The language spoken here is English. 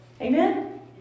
Amen